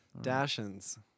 Dashens